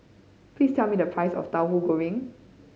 please tell me the price of Tahu Goreng